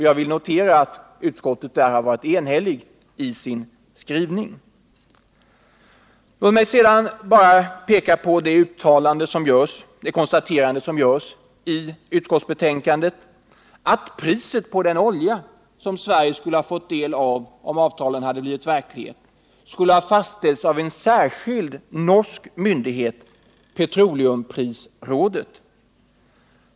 Jag vill understryka att utskottet här har varit enhälligt i sin skrivning. Låt mig sedan bara peka på det uttalande som görs i utskottsbetänkandet, att priset på den olja som Sverige skulle ha fått del av om avtalet fullföljts skulle ha fastställts av en särskild norsk myndighet, petroleumprisrådet.